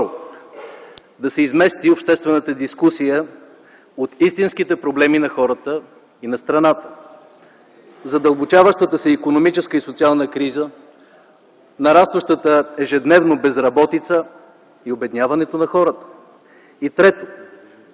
да се измести обществената дискусия от истинските проблеми на хората и на страната, задълбочаващата се икономическа и социална криза, нарастващата ежедневно безработица и обедняването на хората.